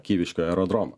kyviškių aerodromą